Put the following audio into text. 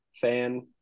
fan